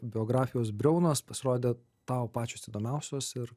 biografijos briaunos pasirodė tau pačios įdomiausios ir